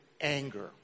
anger